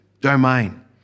domain